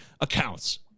accounts